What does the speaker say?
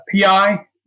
PI